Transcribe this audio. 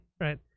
right